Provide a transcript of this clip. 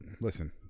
Listen